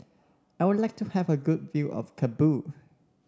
I would like to have a good view of Kabul